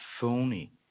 phony